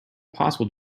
possible